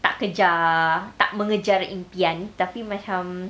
tak kejar tak mengejar impian tapi macam